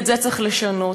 ואת זה צריך לשנות.